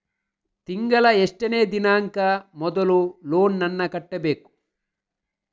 ತಿಂಗಳ ಎಷ್ಟನೇ ದಿನಾಂಕ ಮೊದಲು ಲೋನ್ ನನ್ನ ಕಟ್ಟಬೇಕು?